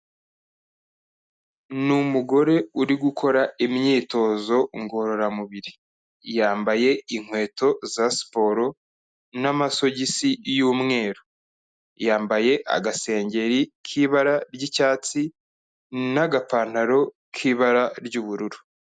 Ni umugore uri gukora imyitozo ngororamubiri, yambaye inkweto za siporo n'amasosogisi y'umweru, yambaye agasengeri k'ibara ry'icyatsi n'agapantaro k'ibara ry'ubururu.